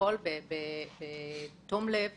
יכול בתום לב